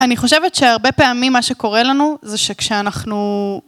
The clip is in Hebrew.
אני חושבת שהרבה פעמים מה שקורה לנו זה שכשאנחנו...